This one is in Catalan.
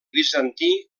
bizantí